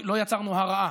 לא יצרנו הרעה.